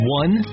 one